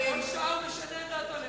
כל שעה הוא משנה את דעתו,